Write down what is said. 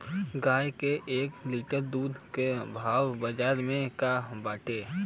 गाय के एक लीटर दूध के भाव बाजार में का बाटे?